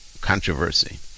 controversy